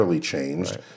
changed